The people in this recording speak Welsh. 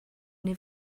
neu